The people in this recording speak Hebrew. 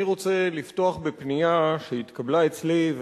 אני רוצה לפתוח בפנייה שהתקבלה אצלי,